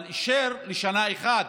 אבל אישר לשנה אחת,